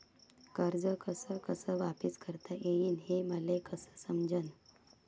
कर्ज कस कस वापिस करता येईन, हे मले कस समजनं?